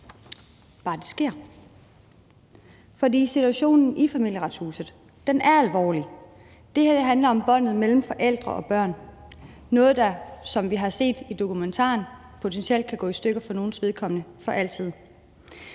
bare det sker. For situationen i Familieretshuset er alvorlig. Det her handler om båndene mellem forældre og børn – noget, der, som vi har set i dokumentaren, potentielt kan gå i stykker, for nogles vedkommende for altid.